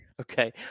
Okay